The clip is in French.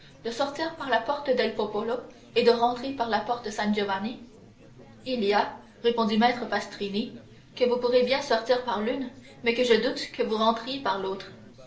de sortir par la porte del popolo et de rentrer par la porte san giovanni il y a répondit maître pastrini que vous pourrez bien sortir par l'une mais que je doute que vous rentriez par l'autre